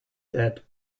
dead